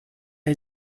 had